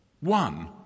One